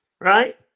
right